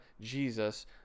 Jesus